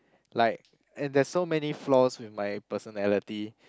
like and there's so many flaws with my personality